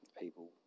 people